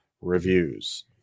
reviews